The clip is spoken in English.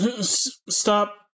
Stop